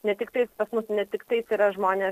ne tiktais pas mus ne tiktais yra žmonės